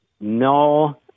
No